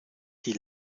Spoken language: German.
die